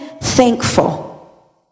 thankful